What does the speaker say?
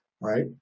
right